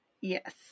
Yes